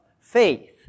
faith